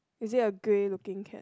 is it a grey looking cat